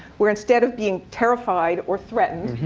where instead of being terrified or threatened,